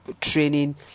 training